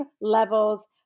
levels